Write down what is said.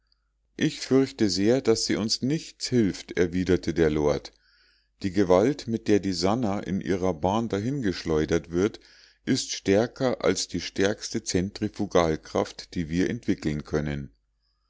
ich fürchte sehr daß sie uns nichts hilft erwiderte der lord die gewalt mit der die sannah in ihrer bahn dahingeschleudert wird ist stärker als die stärkste zentrifugalkraft die wir entwickeln können